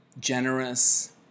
generous